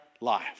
life